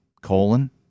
Colon